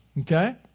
okay